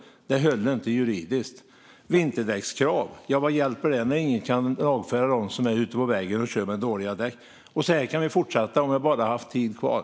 Det höll inte juridiskt. Vad hjälper vinterdäckskrav när ingen kan lagföra dem som är ute på vägen och kör med dåliga däck? Så här skulle vi kunna fortsätta om jag bara hade haft talartid kvar.